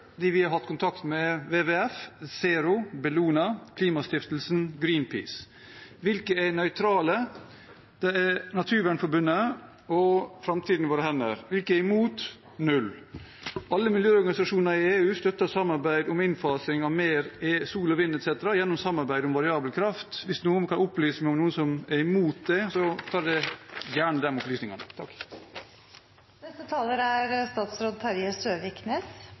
De vi har hatt kontakt med, er WWF, ZERO, Bellona, Klimastiftelsen og Greenpeace. Hvilke er nøytrale? Det er Naturvernforbundet og Framtiden i våre hender. Hvilke er imot? Ingen. Alle miljøorganisasjoner i EU støtter samarbeid om innfasing av mer sol, vind etc. gjennom samarbeid om variabel kraft. Hvis noen kan opplyse meg om noen som er imot det, tar jeg gjerne de opplysningene.